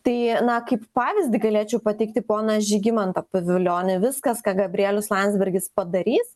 tai na kaip pavyzdį galėčiau pateikti poną žygimantą pavilionį viskas ką gabrielius landsbergis padarys